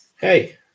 Hey